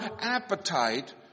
appetite